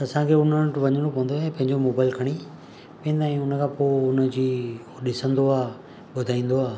त असांखे उन्हनि वटि वञिणो पवंदो आहे पंहिंजो मोबाइल खणी वेंदा आहियूं हुन खां पोइ हुन जी उहो ॾिसंदो आहे ॿुधाईंदो आहे